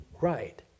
right